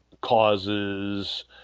causes